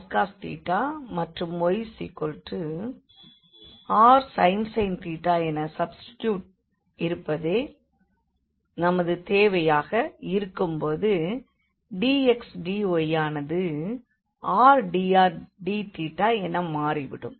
xrcos மற்றும் yrsin என substitute இருப்பதே நமது தேவையாக இருக்கும் போது dx dy ஆனது rdrdθ என மாறிவிடும்